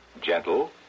gentle